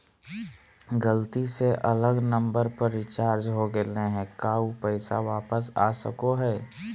गलती से अलग नंबर पर रिचार्ज हो गेलै है का ऊ पैसा वापस आ सको है?